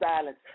silence